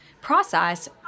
process